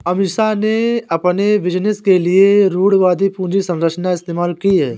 अमीषा ने अपने बिजनेस के लिए रूढ़िवादी पूंजी संरचना इस्तेमाल की है